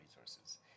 resources